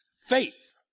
Faith